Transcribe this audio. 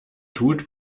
tut